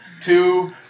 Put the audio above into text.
two